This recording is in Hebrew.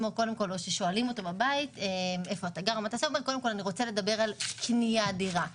כששואלים אדם איפה הוא גר השיח הוא על קניית דירה,